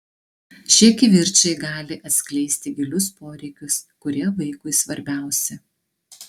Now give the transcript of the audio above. šie kivirčai gali atskleisti gilius poreikius kurie vaikui svarbiausi